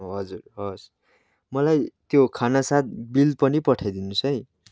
हजुर हवस् मलाई त्यो खाना साथ बिल पनि पठाइ दिनुहोस् है